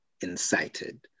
incited